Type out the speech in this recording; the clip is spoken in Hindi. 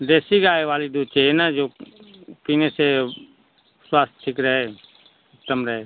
देसी गाय वाली दूध चाहिए न जो पीने से स्वास्थय ठीक रहे उत्तम रहे